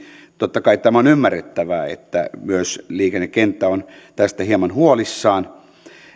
totta kai on ymmärrettävää että myös liikennekenttä on tästä hieman huolissaan